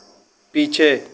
पीछे